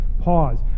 Pause